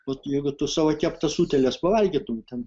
vat jeigu tu savo keptas utėles pavalgytum ten